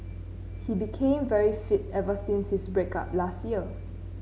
he became very fit ever since his break up last year